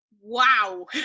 wow